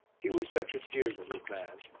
he was such a dear little man.